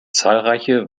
zahlreiche